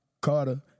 Carter